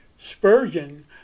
Spurgeon